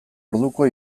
orduko